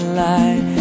light